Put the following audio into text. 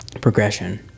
progression